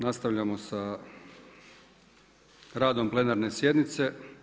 Nastavljamo sa radom plenarne sjednice.